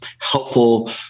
helpful